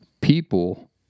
people